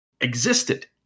existed